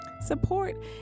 Support